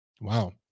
Wow